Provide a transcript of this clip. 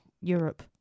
Europe